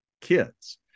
kids